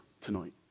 tonight